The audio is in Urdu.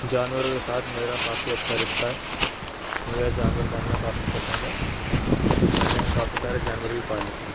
جانوروں کے ساتھ میرا کافی اچھا رشتہ ہے مجھے جانور پالنا کافی پسند ہے میں نے کافی سارے جانور بھی پالے تھے